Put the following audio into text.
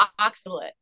oxalate